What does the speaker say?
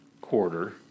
quarter